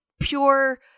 pure